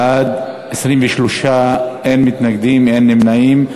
בעד, 23, אין מתנגדים, אין נמנעים.